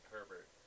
Herbert